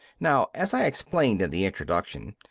now, as i explain in the introduction,